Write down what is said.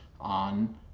on